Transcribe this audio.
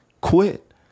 quit